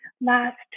last